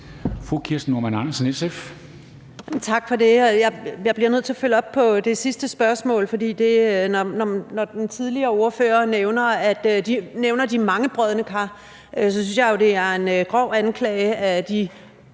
Kirsten Normann Andersen (SF): Tak for det. Jeg bliver nødt til at følge op på det sidste spørgsmål, for når den tidligere ordfører nævner de mange brodne kar, synes jeg jo, at det er en grov anklage over